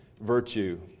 virtue